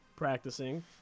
Practicing